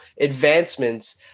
advancements